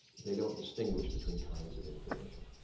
they don't distinguish between kinds of information.